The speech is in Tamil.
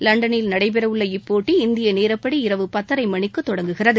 லண்டனில் நடைபெறவுள்ள இப்போட்டி இந்திய நேரப்படி இரவு பத்தரை மணிக்கு தொடங்குகிறது